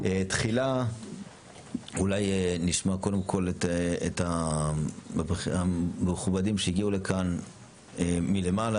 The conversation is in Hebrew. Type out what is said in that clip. תחילה אולי נשמע קודם כל את המכובדים שהגיעו לכאן מלמעלה.